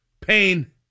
pain